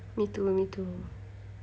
me too me too